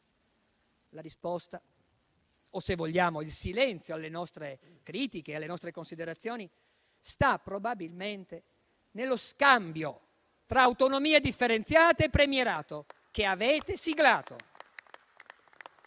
La risposta - o, se vogliamo, il silenzio alle nostre critiche e considerazioni - sta probabilmente nello scambio tra autonomia differenziata e premierato, che avete siglato.